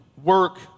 work